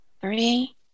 Three